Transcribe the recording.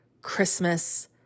Christmas